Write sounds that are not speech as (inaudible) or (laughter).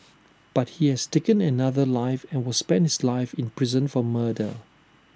but he has taken another life and will spend his life in prison for murder (noise)